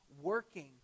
working